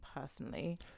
personally